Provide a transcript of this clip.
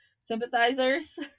sympathizers